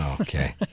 Okay